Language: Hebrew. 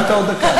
קיבלת עוד דקה.